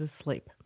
asleep